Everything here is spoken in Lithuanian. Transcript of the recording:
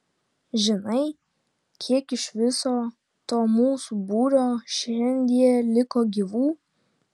žinai kiek iš viso to mūsų būrio šiandie liko gyvų